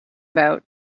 about